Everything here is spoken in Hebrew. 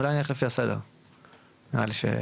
אולי נלך לפי הסדר נראה לי.